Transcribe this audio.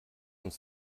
uns